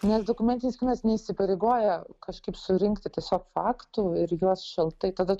nes dokumentinis kinas neįsipareigoja kažkaip surinkti tiesiog faktų ir juos šaltai tada